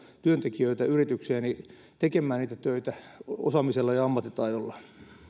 työntekijöitä yritykseeni tekemään niitä töitä osaamisella ja ja ammattitaidolla